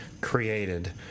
created